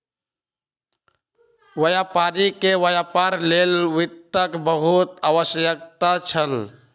व्यापारी के व्यापार लेल वित्तक बहुत आवश्यकता छल